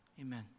Amen